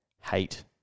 hate